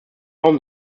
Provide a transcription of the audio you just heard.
raum